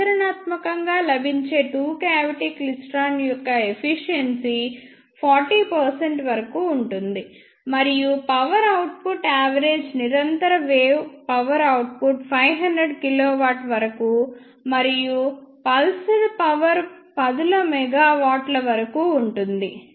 ఆచరణాత్మకంగా లభించే two cavity klystron యొక్క సామర్థ్యం 40 వరకు ఉంటుంది మరియు పవర్ అవుట్పుట్ యావరేజ్ నిరంతర వేవ్ పవర్ అవుట్పుట్ 500 KW వరకు మరియు పల్సెడ్ పవర్ పదుల మెగావాట్ల వరకు ఉంటుంది